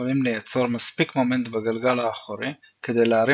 יכולים לייצר מספיק מומנט בגלגל האחורי כדי להרים